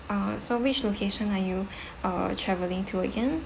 uh so which location are you uh travelling to again